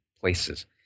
places